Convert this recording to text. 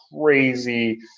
crazy